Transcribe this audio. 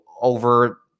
over